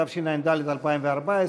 התשע"ד 2014,